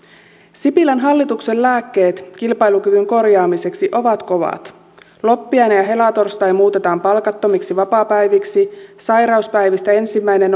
sipilän hallituksen lääkkeet kilpailukyvyn korjaamiseksi ovat kovat loppiainen ja helatorstai muutetaan palkattomiksi vapaapäiviksi sairauspäivistä ensimmäinen